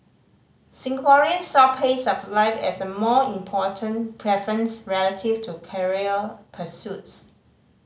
Singaporeans saw pace of life as a more important preference relative to career pursuits